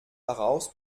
daraus